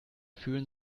fühlen